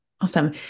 Awesome